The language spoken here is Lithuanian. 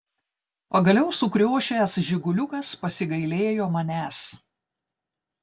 pagaliau sukriošęs žiguliukas pasigailėjo manęs